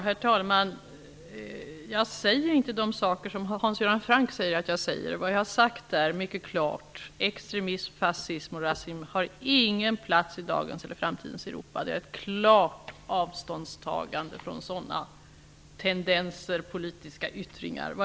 Herr talman! Jag säger inte de saker som Hans Göran Franck talar om att jag säger. Vad jag mycket klart har sagt är att extremism, fascism och rasism inte har någon plats i dagens eller framtidens Europa. Det är ett klart avståndstagande från sådana tendenser och politiska yttringar.